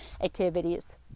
activities